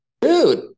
Dude